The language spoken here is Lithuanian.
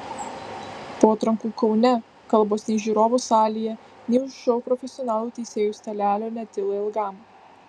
po atrankų kaune kalbos nei žiūrovų salėje nei už šou profesionalų teisėjų stalelio netilo ilgam